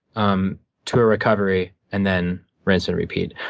um tour recovery, and then rinse and repeat.